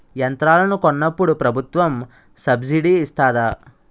యంత్రాలను కొన్నప్పుడు ప్రభుత్వం సబ్ స్సిడీ ఇస్తాధా?